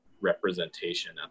representation